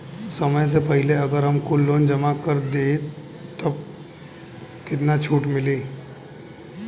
समय से पहिले अगर हम कुल लोन जमा कर देत हई तब कितना छूट मिली?